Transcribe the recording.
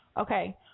Okay